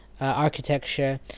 architecture